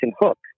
Hook